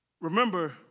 Remember